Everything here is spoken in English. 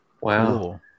Wow